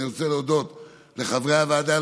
אני רוצה להודות לחברי הוועדה,